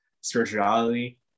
spirituality